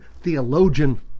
theologian